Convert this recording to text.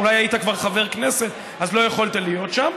אולי היית כבר חבר כנסת אז לא יכולת להיות שם,